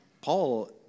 Paul